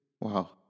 Wow